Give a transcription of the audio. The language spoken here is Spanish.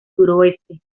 suroeste